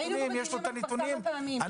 היינו כאן בדיונים כבר כמה פעמים.